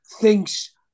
thinks